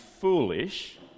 foolish